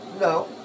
No